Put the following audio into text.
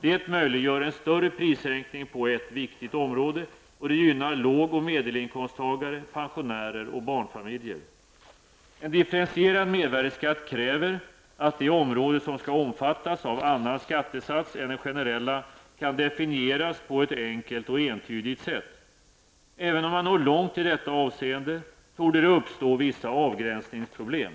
Det möjliggör en större prissänkning på ett viktigt område och det gynnar låg och medelinkomsttagare, pensionärer och barnfamiljer. En differentierad mervärdeskatt kräver att det område som skall omfattas av annan skattesats än den generella kan definieras på ett enkelt och entydigt sätt. Även om man når långt i detta avseende torde det uppstå vissa avgränsningsproblem.